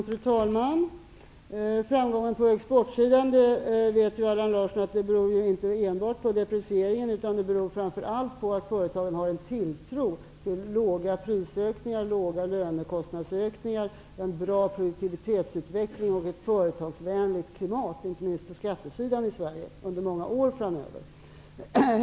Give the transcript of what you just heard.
Fru talman! Allan Larsson vet att framgången på exportsidan inte enbart beror på depriceringen utan framför allt på att företagen har en tilltro till små prisökningar, små lönekostnadsökningar, en bra produktivitetsutveckling och ett företagsvänligt klimat inte minst på skattesidan i Sverige under många år framöver.